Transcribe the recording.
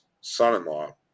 son-in-law